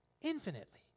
Infinitely